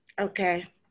Okay